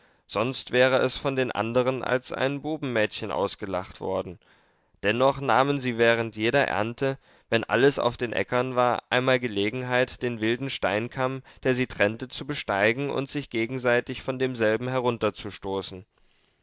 sonst wäre es von den andern als ein bubenmädchen ausgelacht worden dennoch nahmen sie während jeder ernte wenn alles auf den äckern war einmal gelegenheit den wilden steinkamm der sie trennte zu besteigen und sich gegenseitig von demselben